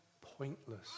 pointless